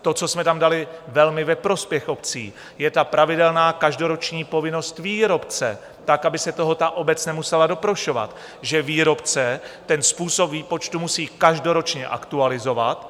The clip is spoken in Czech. To, co jsme tam dali velmi ve prospěch obcí, je pravidelná každoroční povinnost výrobce tak, aby se toho obec nemusela doprošovat, že výrobce způsob výpočtu musí každoročně aktualizovat.